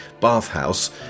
bathhouse